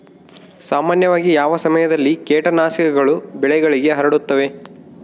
ಸಾಮಾನ್ಯವಾಗಿ ಯಾವ ಸಮಯದಲ್ಲಿ ಕೇಟನಾಶಕಗಳು ಬೆಳೆಗೆ ಹರಡುತ್ತವೆ?